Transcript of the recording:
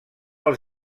els